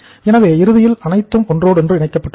எனவே இறுதியில் அனைத்தும் ஒன்றோடொன்று இணைக்கப்பட்டுள்ளன